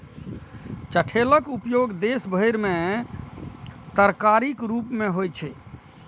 चठैलक उपयोग देश भरि मे तरकारीक रूप मे होइ छै